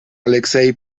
alexei